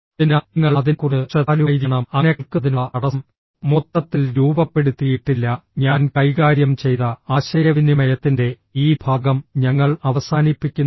അതിനാൽ നിങ്ങൾ അതിനെക്കുറിച്ച് ശ്രദ്ധാലുവായിരിക്കണം അങ്ങനെ കേൾക്കുന്നതിനുള്ള തടസ്സം മൊത്തത്തിൽ രൂപപ്പെടുത്തിയിട്ടില്ല ഞാൻ കൈകാര്യം ചെയ്ത ആശയവിനിമയത്തിന്റെ ഈ ഭാഗം ഞങ്ങൾ അവസാനിപ്പിക്കുന്നു